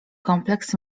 kompleks